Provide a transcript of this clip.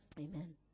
Amen